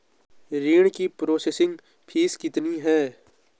ऋण की processing fee कितनी है?